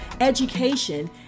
education